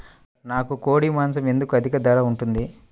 నాకు కోడి మాసం ఎందుకు అధిక ధర ఉంటుంది?